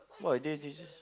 !wah! they they just